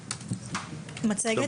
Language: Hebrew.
שייאמרו.